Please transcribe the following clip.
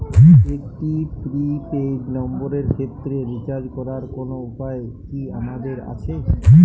একটি prepaid নম্বরের ক্ষেত্রে রিচার্জ করার কোনো উপায় কি আমাদের আছে?